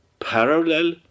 parallel